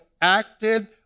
acted